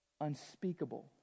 unspeakable